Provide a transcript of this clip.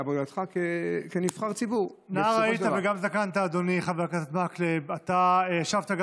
אבל אני רוצה להעיר לסגן יושב-ראש הכנסת,